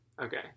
Okay